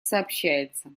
сообщается